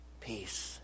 peace